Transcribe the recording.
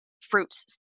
fruits